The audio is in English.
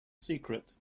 secret